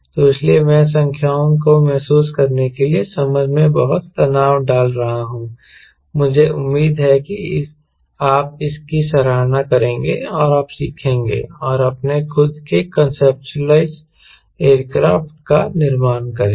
तो इसलिए मैं संख्याओं को महसूस करने के लिए समझ में बहुत तनाव डाल रहा हूं मुझे उम्मीद है कि आप इसकी सराहना करेंगे और आप सीखेंगे और अपने खुद के कांसेप्चुअल एयरक्राफ्ट का निर्माण करेंगे